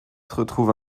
retrouve